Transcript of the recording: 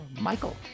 Michael